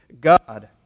God